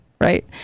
right